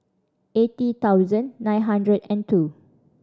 eighty thousand nine hundred and two